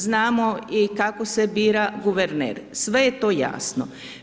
Znamo i kako se bira guverner, sve je to jasno.